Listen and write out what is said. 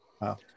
wow